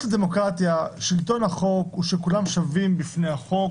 הדמוקרטיה ושלטון החוק זה שכולם שווים בפני החוק.